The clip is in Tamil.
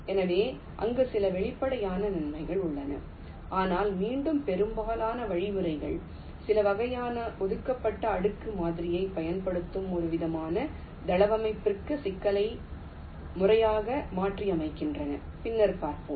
எனவே அங்கு சில வெளிப்படையான நன்மைகள் உள்ளன ஆனால் மீண்டும் பெரும்பாலான வழிமுறைகள் சில வகையான ஒதுக்கப்பட்ட அடுக்கு மாதிரியைப் பயன்படுத்தும் ஒருவிதமான தளவமைப்பிற்கு சிக்கலை முறையாக மாற்றியமைக்கின்றன பின்னர் பார்ப்போம்